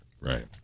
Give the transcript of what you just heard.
Right